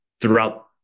throughout